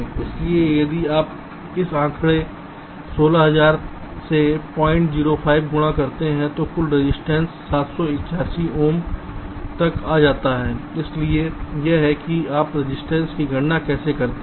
इसलिए यदि आप उस आंकड़े 16000 से 005 गुणा करते हैं तो कुल रजिस्टेंस लगभग 781 ओम तक आ जाता है इसलिए यह है कि आप रजिस्टेंस की गणना कैसे करते हैं